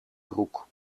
broek